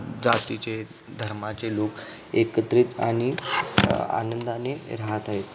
जातीचे धर्माचे लोक एकत्रित आणि आनंदाने राहत आहेत